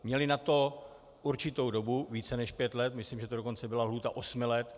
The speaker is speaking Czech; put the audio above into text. Měli na to určitou dobu, více než pět let, myslím, že to dokonce byla lhůta osmi let.